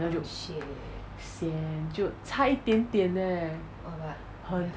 then 我就 sian 就差一点点 leh 很